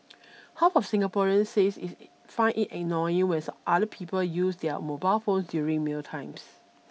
half of Singaporeans says it find it annoying when other people use their mobile phones during mealtimes